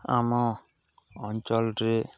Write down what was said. ଆମ ଅଞ୍ଚଳରେ